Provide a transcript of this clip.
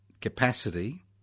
capacity